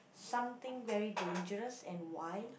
something very dangerous and wild